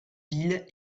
ville